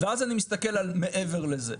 ואז אני מסתכל מעבר לזה.